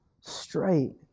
straight